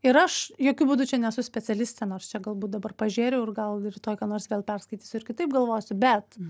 ir aš jokiu būdu čia nesu specialistė nors čia galbūt dabar pažėriau ir gal rytoj ką nors vėl perskaitysiu ir kitaip galvosiu bet